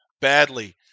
badly